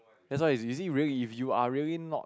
that's why is you see if you are really not